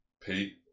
Pete